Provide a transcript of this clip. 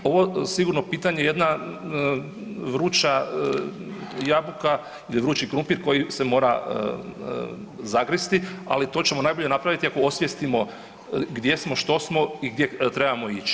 Ovo je pitanje jedna vruća jabuka ili vrući krumpir koji se mora zagristi, ali to ćemo najbolje napraviti ako osvijestimo gdje smo, što smo i gdje trebamo ići.